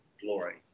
glory